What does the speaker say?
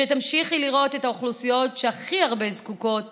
שתמשיכי לראות את האוכלוסיות שהכי הרבה זקוקות